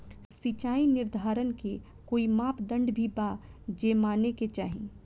सिचाई निर्धारण के कोई मापदंड भी बा जे माने के चाही?